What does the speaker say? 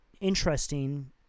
interesting